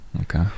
okay